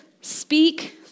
speak